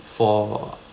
for